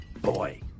Boy